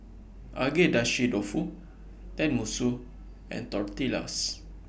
Agedashi Dofu Tenmusu and Tortillas